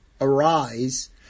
Arise